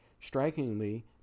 Strikingly